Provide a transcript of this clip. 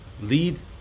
lead